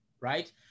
right